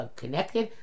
connected